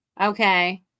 Okay